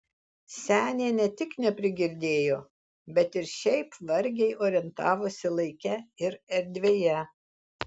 senė ne tik neprigirdėjo bet ir šiaip vargiai orientavosi laike ir erdvėje